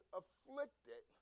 afflicted